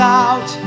out